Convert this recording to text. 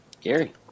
Gary